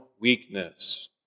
weakness